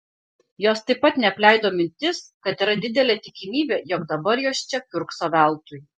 jos taip pat neapleido mintis kad yra didelė tikimybė jog dabar jos čia kiurkso veltui